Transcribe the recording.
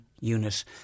unit